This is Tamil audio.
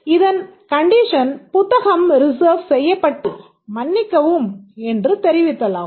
இதன் கண்டிஷன் புத்தகம் ரிசர்வ் செய்யப்பட்டால் மன்னிக்கவும் என்று தெரிவித்தலாகும்